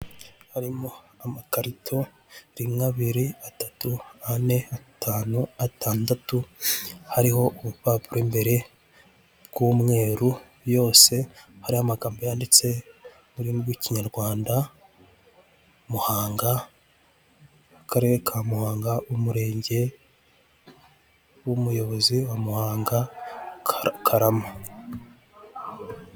Harimo amakarito rimwe, abiri, atatu, ane, atanu, atandatu hariho ubupapuro imbere bw'umweru yose. Yose hariho amagambo yanditse mu rurimi rw'Ikinyarwanda; Muhanga, AKarere ka muhanga, umurenge, Umuyobozi wa muhanga, Karama.